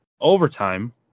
overtime